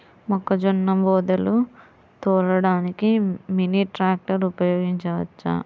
మొక్కజొన్న బోదెలు తోలడానికి మినీ ట్రాక్టర్ ఉపయోగించవచ్చా?